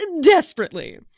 Desperately